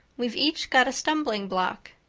we've each got a stumbling block.